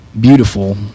beautiful